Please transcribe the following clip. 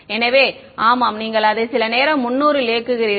எனவே ஆமாம் நீங்கள் அதை சில நேரம் 300 ல் இயக்குகிறீர்கள்